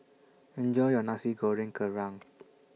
Enjoy your Nasi Goreng Kerang